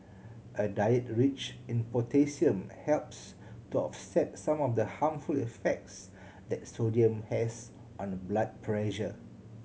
a diet rich in potassium helps to offset some of the harmful effects that sodium has on blood pressure